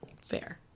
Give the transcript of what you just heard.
Fair